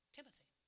Timothy